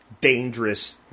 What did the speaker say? dangerous